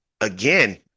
again